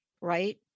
right